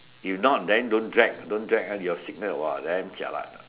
if not then don't drag don't drag your sickness !wah! damn jialat lah